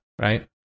right